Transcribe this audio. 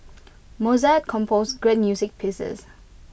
Mozart composed great music pieces